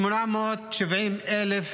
מ-870,000